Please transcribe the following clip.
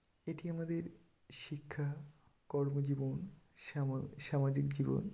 এটি আমাদের শিক্ষা কর্মজীবন সামাজিক জীবন